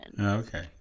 Okay